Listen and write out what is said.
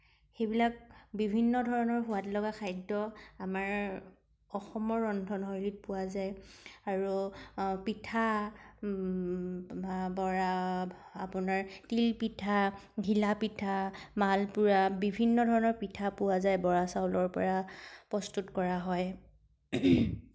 সেইবিলাক বিভিন্ন ধৰণৰ সোৱাদলগা খাদ্য আমাৰ অসমৰ ৰন্ধনশৈলীত পোৱা যায় আৰু পিঠা আপোনাৰ তিলপিঠা ঘিলাপিঠা মালপোৰা বিভিন্ন ধৰণৰ পিঠা পোৱা যায় বৰা চাউলৰ পৰা প্ৰস্তুত কৰা হয়